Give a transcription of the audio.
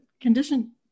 condition